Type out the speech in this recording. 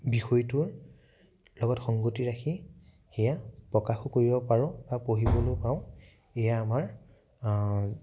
বিষয়টোৰ লগত সংগতি ৰাখি সেয়া প্ৰকাশো কৰিব পাৰোঁ বা পঢ়িবও পাৰোঁ এইয়া আমাৰ